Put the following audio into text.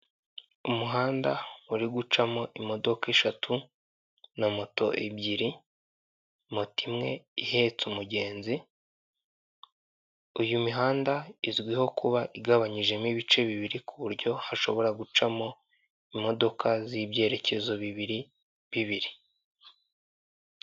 Umuhanda uri gucamo imodoka eshatu na moto ebyiri, moto imwe ihetse umugenzi, iyi mihanda izwiho kuba igabanyijemo ibice bibiri ku buryo hashobora gucamo imodoka z'ibyerekezo bibiri bibiri.